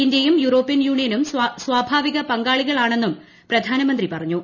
ഇന്ത്യയും യൂറോപ്യൻ യൂണിയനും സ്വാഭാവിക പങ്കാളികളാണെന്നും പ്രധാന മന്ത്രി പറഞ്ഞു